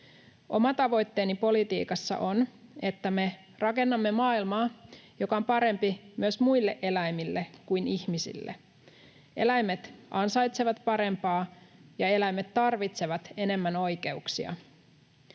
Oma tavoitteeni politiikassa on, että me rakennamme maailmaa, joka on parempi myös muille eläimille kuin ihmisille. Eläimet ansaitsevat parempaa, ja eläimet tarvitsevat enemmän oikeuksia.